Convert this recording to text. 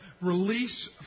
release